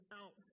out